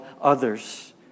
others